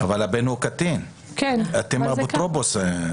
אבל הבן הוא קטין, אתם האפוטרופוס.